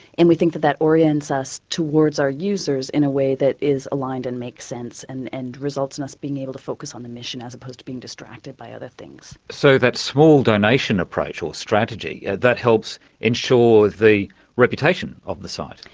and we think that that orients us towards our users in a way that is aligned and makes sense and and results in us being able to focus on the mission as opposed to being distracted by other things. so that small donation approach, or strategy, yeah that helps ensure the reputation of the site?